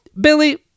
Billy